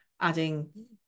adding